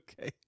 Okay